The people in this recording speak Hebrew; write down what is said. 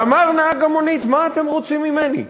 ואמר נהג המונית: מה אתם רוצים ממני?